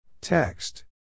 Text